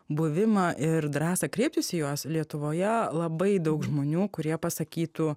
buvimą ir drąsą kreiptis į juos lietuvoje labai daug žmonių kurie pasakytų